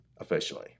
officially